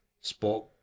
sport